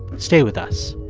stay with us.